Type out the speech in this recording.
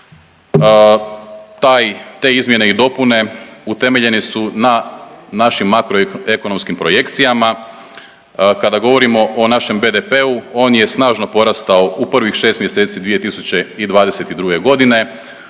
te izmjene i dopune utemeljene su na našim makroekonomskim projekcijama. Kada govorimo o našem BDP-u on je snažno porastao u prvih 6 mjeseci 2022. godine.